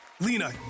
Lena